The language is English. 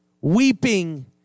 weeping